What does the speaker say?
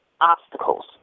obstacles